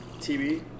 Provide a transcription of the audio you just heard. TV